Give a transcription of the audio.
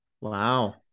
Wow